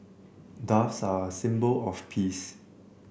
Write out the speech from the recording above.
doves are a symbol of peace